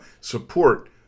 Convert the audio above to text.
Support